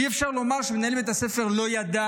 אי-אפשר לומר שמנהל בית הספר לא ידע